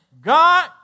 God